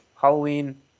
Halloween